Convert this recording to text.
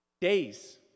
Days